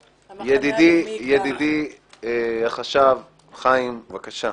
ידידי, החשב, חיים, בבקשה.